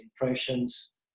impressions